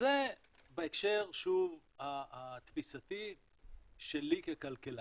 אז זה בהקשר, שוב, התפיסתי שלי ככלכלן.